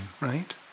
right